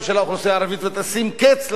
ותשים קץ לרדיפה.